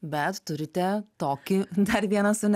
bet turite tokį dar vieną sūne